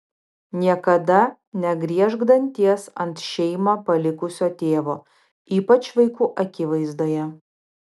niekada negriežk danties ant šeimą palikusio tėvo ypač vaikų akivaizdoje